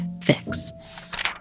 fix